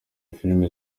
filime